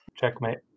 checkmate